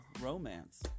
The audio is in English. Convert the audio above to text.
romance